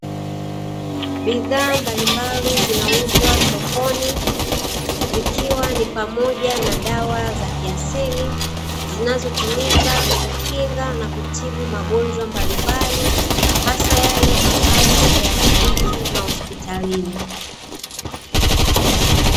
Bidhaa mbalimbali zinauzwa sokoni, zikiwa ni pamoja na dawa za kiasili zinazotumika kukinga na kutibu magonjwa mbalimbali hasa yale ambayo hayatibiki mahospitalini.